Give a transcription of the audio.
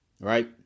right